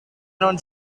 non